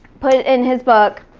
put in his book